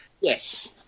Yes